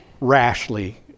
rashly